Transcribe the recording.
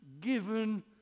given